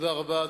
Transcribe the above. תודה רבה.